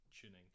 tuning